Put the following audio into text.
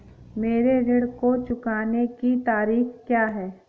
मेरे ऋण को चुकाने की तारीख़ क्या है?